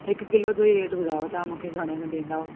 हिकु किलो जो ई रेट ॿुधायो तव्हां मूंखे घणे में ॾींदव